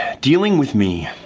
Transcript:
dealing with me.